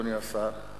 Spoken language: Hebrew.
אדוני השר,